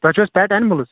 تۄہہِ چھو حٕظ پیٚٹ انملز